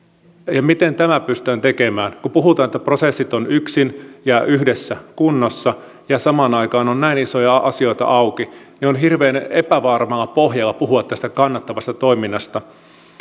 miten tämä pystytään tekemään kun puhutaan että prosessit ovat yksin ja yhdessä kunnossa ja samaan aikaan on näin isoja asioita auki niin on hirveän epävarmalla pohjalla puhua tästä kannattavasta toiminnasta